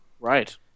Right